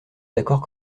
d’accord